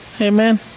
Amen